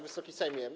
Wysoki Sejmie!